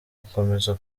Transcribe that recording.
gukomeza